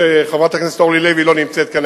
חברת הכנסת אורלי לוי לא נמצאת כאן,